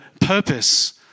purpose